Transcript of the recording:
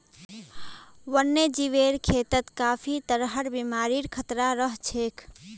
वन्यजीवेर खेतत काफी तरहर बीमारिर खतरा रह छेक